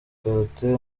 karate